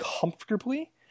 comfortably